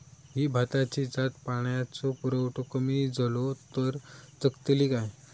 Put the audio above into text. ही भाताची जात पाण्याचो पुरवठो कमी जलो तर जगतली काय?